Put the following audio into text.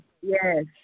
Yes